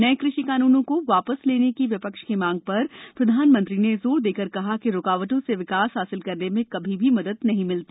नये कृषि कानूनों को वापस लेने की विपक्ष की मांग पर प्रधानमंत्री ने जोर देकर कहा कि रूकावटों से विकास हासिल करने में कभी भी मदद नहीं मिलती